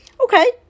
Okay